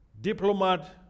Diplomat